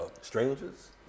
strangers